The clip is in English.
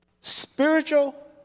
Spiritual